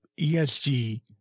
ESG